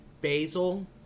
basil